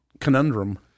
conundrum